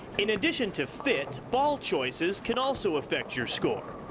in addition to fit, ball choices can also affect your score.